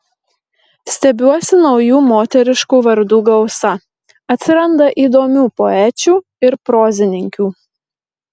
stebiuosi naujų moteriškų vardų gausa atsiranda įdomių poečių ir prozininkių